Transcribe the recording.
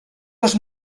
les